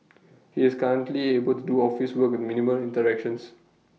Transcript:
he is currently able to do office work with minimal interactions